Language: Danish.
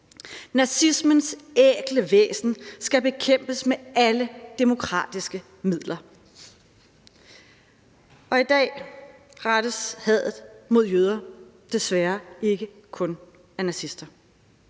Nazismens ækle væsen skal bekæmpes med alle demokratiske midler. Men i dag rettes hadet mod jøder desværre ikke kun af nazister.